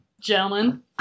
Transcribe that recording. Gentlemen